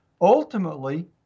Ultimately